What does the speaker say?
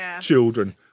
children